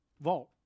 vault